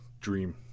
dream